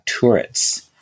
turrets